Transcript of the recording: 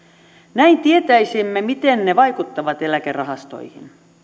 näin tietäisimme miten ne ne vaikuttavat eläkerahastoihin